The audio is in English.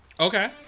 Okay